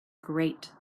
great